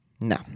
No